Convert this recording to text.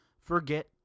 forget